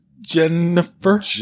Jennifer